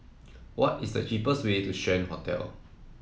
what is the cheapest way to Strand Hotel